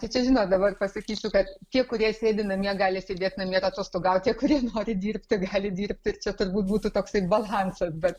tai čia žinot dabar pasakysiu kad tie kurie sėdi namie gali sėdėti namie atostogauti tie kurie nori dirbti gali dirbti ir čia turbūt būtų toks balansas bet